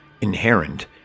inherent